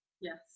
Yes